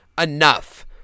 enough